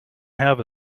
have